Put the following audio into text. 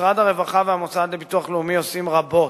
משרד הרווחה והמוסד לביטוח לאומי עושים רבות,